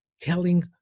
telling